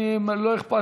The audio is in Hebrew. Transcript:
אני מצרף